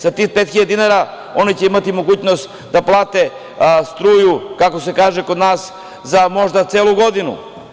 Sa tih 5000 dinara, oni će imati mogućnost da plate struju, kako se kaže kod nas, za možda celu godinu.